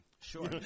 sure